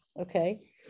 okay